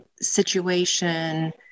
Situation